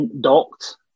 docked